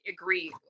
agree